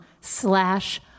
slash